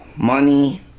Money